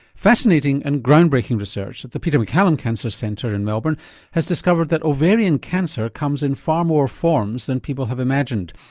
fascinating and ground breaking research at the peter maccallum cancer centre in melbourne has discovered that ovarian cancer comes in far more forms than people have imagined,